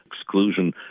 exclusion